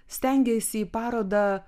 stengeisi į parodą